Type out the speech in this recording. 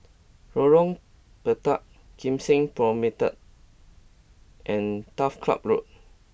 Lorong Pendek Kim Seng Promenade and Turf Ciub Road